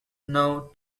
now